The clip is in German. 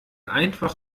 einfach